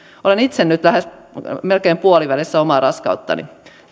olen itse nyt melkein puolivälissä omaa raskauttani